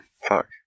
fuck